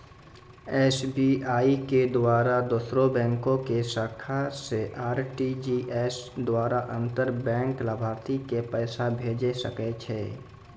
SBI के द्वारा दोसरो बैंको के शाखा से आर.टी.जी.एस द्वारा अंतर बैंक लाभार्थी के पैसा भेजै सकै छै